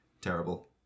Terrible